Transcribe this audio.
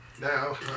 Now